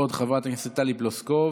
ועוד חברת הכנסת טלי פלוסקוב,